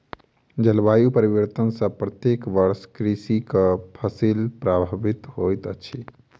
जलवायु परिवर्तन सॅ प्रत्येक वर्ष कृषक के फसिल प्रभावित होइत अछि